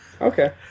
Okay